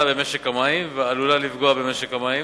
במשק המים ועלולה לפגוע במשק המים.